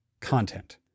content